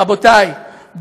רבותיי,